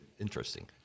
Interesting